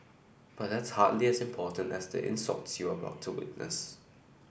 but that's hardly as important as the insults you are about to witness